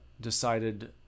decided